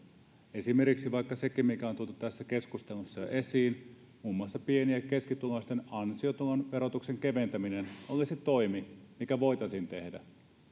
esimerkiksi sekin mikä on jo tuotu tässä keskustelussa esiin muun muassa pieni ja keskituloisten ansiotulon verotuksen keventäminen olisi toimi mikä voitaisiin tehdä